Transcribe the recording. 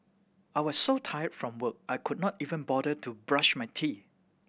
I was so tired from work I could not even bother to brush my teeth